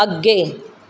ਅੱਗੇ